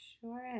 Sure